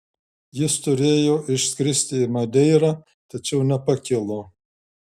jis turėjo išskristi į madeirą tačiau nepakilo